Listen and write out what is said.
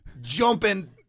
jumping